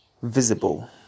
visible